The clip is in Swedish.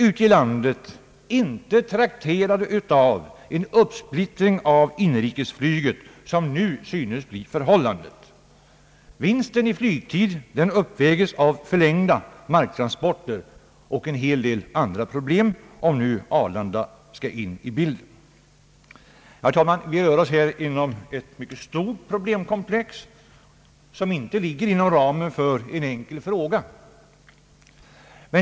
Ute i landet är vi inte trakterade av den uppsplittring av inrikesflyget som nu synes bli förhållandet. Vinsten i flygtid upphäves av förlängda marktransporter och en hel del andra problem, om nu Arlanda skall in i bilden. Herr talman! Vi rör oss här med ett stort problemkomplex som inte ligger inom ramen för en enkel fråga.